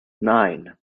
nine